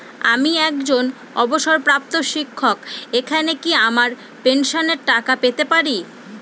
আমি একজন অবসরপ্রাপ্ত শিক্ষক এখানে কি আমার পেনশনের টাকা পেতে পারি?